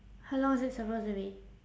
how long is it supposed to be